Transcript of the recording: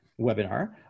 webinar